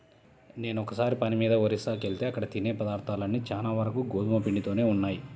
నేనొకసారి పని మీద ఒరిస్సాకెళ్తే అక్కడ తినే పదార్థాలన్నీ చానా వరకు గోధుమ పిండితోనే ఉన్నయ్